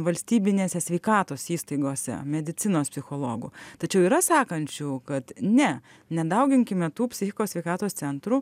valstybinėse sveikatos įstaigose medicinos psichologų tačiau yra sakančių kad ne nedauginkime tų psichikos sveikatos centrų